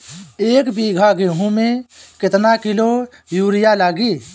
एक बीगहा गेहूं में केतना किलो युरिया लागी?